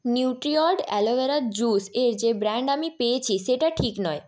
Nutriorg অ্যালোভেরার juice এর যে ব্র্যান্ড আমি পেয়েছি সেটা ঠিক নয়